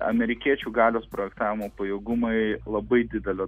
amerikiečių galios projektavimų pajėgumai labai didelio